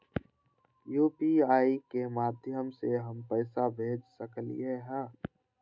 UPI के माध्यम से हम पैसा भेज सकलियै ह?